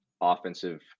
offensive